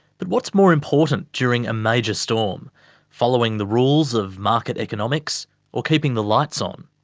but what's more important during a major storm following the rules of market economics or keeping the lights on?